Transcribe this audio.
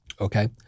Okay